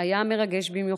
היה מרגש במיוחד.